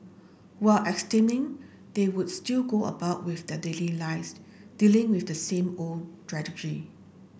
while abstaining they would still go about with their daily lives dealing with the same old